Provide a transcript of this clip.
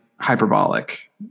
hyperbolic